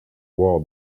wall